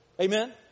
Amen